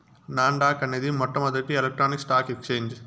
non dock అనేది మొట్టమొదటి electronic stock exchange